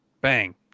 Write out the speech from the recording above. Bang